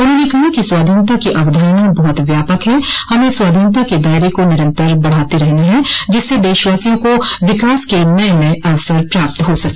उन्होंने कहा है कि स्वाधीनता की अवधारणा बहुत व्यापक है हमें स्वाधीनता के दायरें को निरन्तर बढ़ाते रहना है जिससे देशवासियों को विकास के नये नये अवसर प्राप्त हो सके